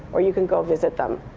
or you can go visit them.